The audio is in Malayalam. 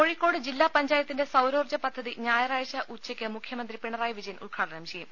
കോഴിക്കോട് ജില്ലാ പഞ്ചായത്തിന്റെ സൌരോർജ്ജ പദ്ധതി ഞായറാഴ്ച ഉച്ചയ്ക്ക് മുഖ്യമന്ത്രി പിണറായി വിജയൻ ഉദ്ഘാടനം ചെയ്യും